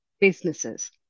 businesses